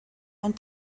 ond